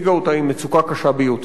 היא מצוקה קשה ביותר.